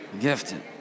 Gifted